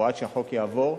או עד שהחוק יעבור,